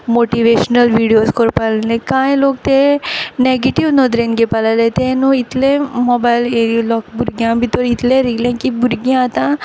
motivational videos कोरपा लागलीं कांय लोक ते नॅगिटिव्ह नोदरेन घेवपा लागलीं लायक तें न्हू इतले मोबायल येयलो भुरग्यां भितोर इतलें येलें की भुरगीं आतां